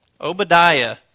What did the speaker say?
Obadiah